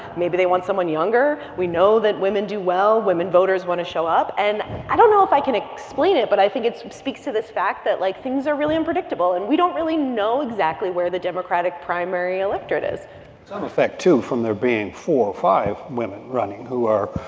maybe they want someone younger. we know that women do well. women voters want to show up. and i don't know if i can explain it. but i think it speaks to this fact that, like, things are really unpredictable, and we don't really know exactly where the democratic primary primary electorate is some effect too from there being four or five women running who are